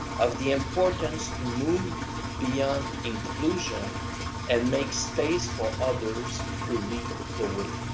of the importance to move beyond inclusion and make space for others to lead the way.